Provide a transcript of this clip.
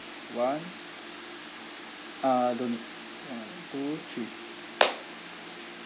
one uh don't need one two three